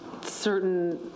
certain